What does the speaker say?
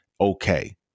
okay